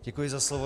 Děkuji za slovo.